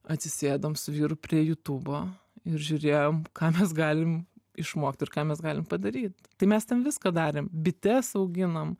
atsisėdom su vyru prie jutubo ir žiūrėjom ką mes galim išmokt ir ką mes galim padaryt tai mes ten viską darėm bites auginom